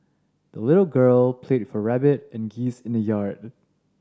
the little girl played her rabbit and geese in the yard